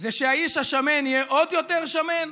זה שהאיש השמן יהיה עוד יותר שמן,